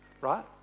right